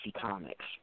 comics